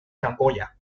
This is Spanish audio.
camboya